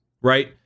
right